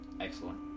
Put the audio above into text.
Excellent